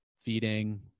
feeding